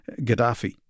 Gaddafi